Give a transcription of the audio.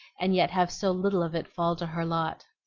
and yet have so little of it fall to her lot.